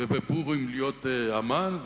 ובפורים להיות המן,